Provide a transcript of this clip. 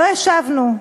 לא השבנו.